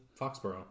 Foxborough